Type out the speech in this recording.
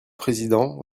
président